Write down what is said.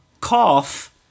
cough